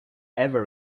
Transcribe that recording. ever